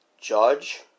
Judge